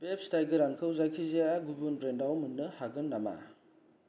बे फिथाइ गोरानखौ जायखिजाया गुबुन ब्रेन्डाव मोननो हागोन नामा